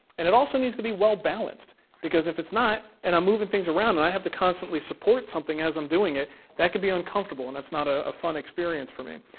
and it also needs to be well-balanced because if it's not, and i'm moving things around, and i have to constantly support something as i'm doing it that could be uncomfortable, and that's not a fun experience for me,